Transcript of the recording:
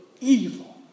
evil